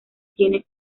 tiene